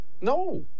No